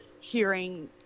hearing